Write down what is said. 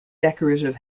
decorative